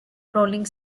rolling